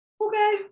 okay